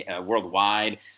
worldwide